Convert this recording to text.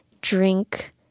drink